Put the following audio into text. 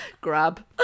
Grab